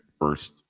first